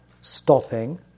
stopping